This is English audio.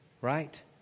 right